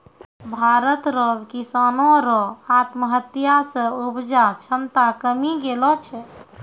भारत रो किसानो रो आत्महत्या से उपजा क्षमता कमी गेलो छै